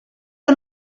que